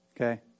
Okay